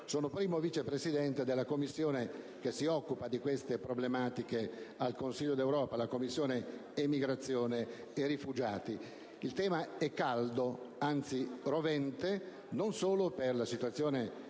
sono primo Vice Presidente della Commissione che si occupa di queste problematiche presso il Consiglio d'Europa: la Commissione immigrazione e rifugiati. Il tema è caldo, anzi rovente, non solo per la situazione